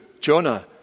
Jonah